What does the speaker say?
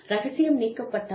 ரகசியம் நீக்கப்பட்டால்